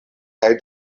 kaj